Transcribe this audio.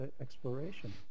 exploration